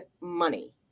money